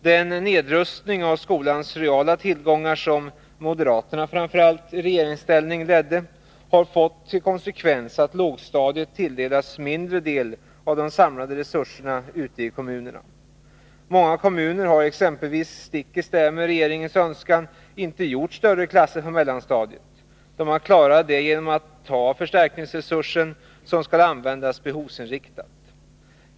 Den nedrustning av skolans reala tillgångar som framför allt moderaterna i regeringsställning ledde har fått till konsekvens att lågstadiet tilldelats mindre del av de samlade resurserna ute i kommunerna. Många kommuner har exempelvis, stick i stäv mot regeringens önskan, inte gjort större klasser på mellanstadiet. De har klarat det genom att ta förstärkningsresursen, som ju skall användas behovsinriktat.